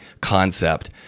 concept